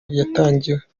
yatangiwe